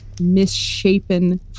misshapen